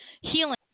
healing